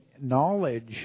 knowledge